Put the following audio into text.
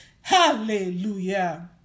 hallelujah